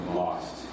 lost